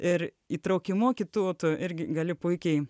ir įtraukimu kitu tu irgi gali puikiai